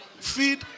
feed